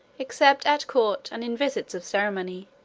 except at court and in visits of ceremony,